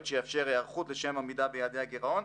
שיאפשר היערכות לשם עמידה ביעדי הגירעון.